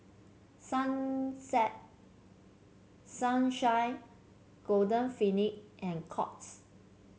Sunset Sunshine Golden Peony and Courts